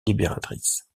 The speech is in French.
libératrice